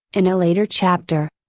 in a later chapter.